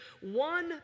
one